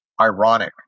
ironic